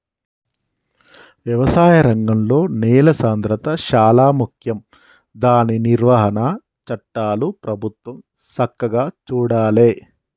వ్యవసాయ రంగంలో నేల సాంద్రత శాలా ముఖ్యం దాని నిర్వహణ చట్టాలు ప్రభుత్వం సక్కగా చూడాలే